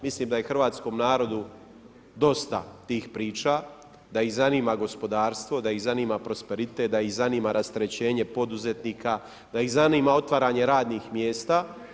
Mislim da je hrvatskom narodu dosta tih priča, da ih zanima gospodarstvo, da ih zanima prosperitet, da ih zanima rasterećenje poduzetnika, da ih zanima otvaranje radnih mjesta.